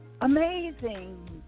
amazing